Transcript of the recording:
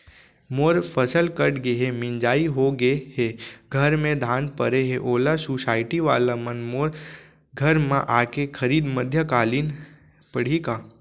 मोर फसल कट गे हे, मिंजाई हो गे हे, घर में धान परे हे, ओला सुसायटी वाला मन मोर घर म आके खरीद मध्यकालीन पड़ही का?